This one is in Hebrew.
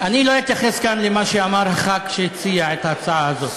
אני לא אתייחס כאן למה שאמר הח"כ שהציע את ההצעה הזו,